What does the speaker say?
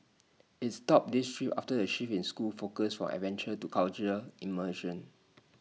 IT stopped these trips after A shift in school's focus from adventure to cultural immersion